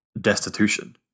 destitution